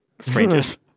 strangers